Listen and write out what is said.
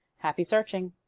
happy searching.